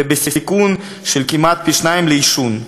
ובסיכון של כמעט פי-שניים לעישון.